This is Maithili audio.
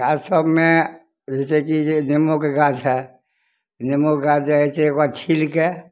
गाछसबमे जइसेकि नेबोके गाछ हइ नेबोके गाछ जे हइ से ओकरा छीलिके